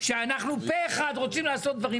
שאנחנו רוצים לעשות דברים פה אחד,